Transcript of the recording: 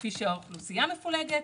כפי שהאוכלוסייה מפולגת.